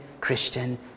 Christian